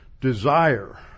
Desire